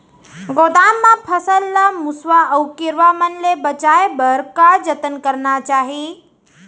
गोदाम मा फसल ला मुसवा अऊ कीरवा मन ले बचाये बर का जतन करना चाही?